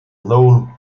known